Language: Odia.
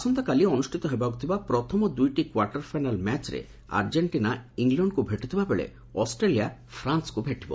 ଆସନ୍ତାକାଲି ଅନୁଷିତ ହେବାକୁ ଥିବା ପ୍ରଥମ ଦୁଇଟି କ୍ୱାର୍ଟର ଫାଇନାଲ୍ ମ୍ୟାଚ୍ରେ ଆର୍ଜେକ୍ଷିନା ଇଂଲଣ୍ଡକୁ ଭେଟୁଥିବା ବେଳେ ଅଷ୍ଟ୍ରେଲିଆ ଫ୍ରାନ୍ସକୁ ଭେଟିବ